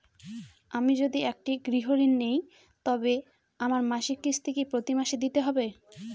আমি যদি একটি গৃহঋণ নিই তবে আমার মাসিক কিস্তি কি প্রতি মাসে দিতে হবে?